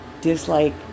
dislike